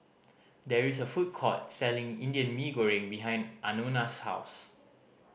there is a food court selling Indian Mee Goreng behind Anona's house